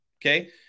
Okay